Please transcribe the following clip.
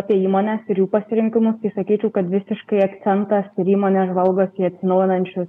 apie įmones ir jų pasirinkimus tai sakyčiau kad visiškai akcentas ir įmonės žvalgos į atsinaujinančius